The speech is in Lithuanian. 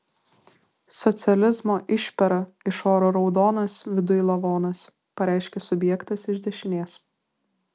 socializmo išpera iš oro raudonas viduj lavonas pareiškė subjektas iš dešinės